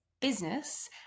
business